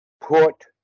put